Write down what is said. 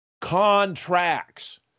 contracts